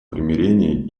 примирения